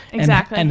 exactly. and